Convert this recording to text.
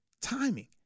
Timing